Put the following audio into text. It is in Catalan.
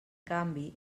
canvi